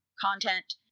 content